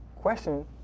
question